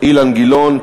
אילן גילאון.